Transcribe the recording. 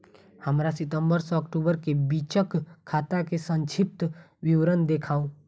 हमरा सितम्बर सँ अक्टूबर केँ बीचक खाता केँ संक्षिप्त विवरण देखाऊ?